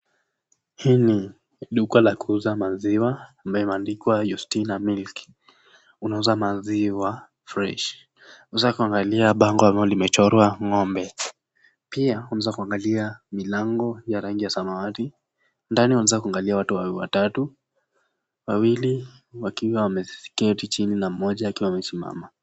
Hii ni duka la kuuza maziwa ambayo imeandikwa Yustina Milk kunauza maziwa freshi, unaweza kuangalia bango ambalo limechorwa ng'ombe, pia unaweza kuangalia milango ya rangi ya samawati ndani waweza kuangalia watu watatu, wawili wakiwa wameketi chini na mmoja akiwa amesimama.